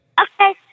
Okay